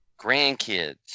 grandkids